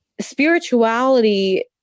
spirituality